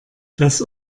das